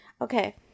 Okay